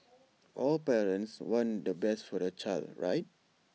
all parents want the best for their child right